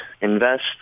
invest